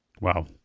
Wow